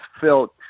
felt